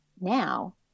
now